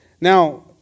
Now